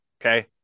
Okay